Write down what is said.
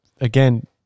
again